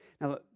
Now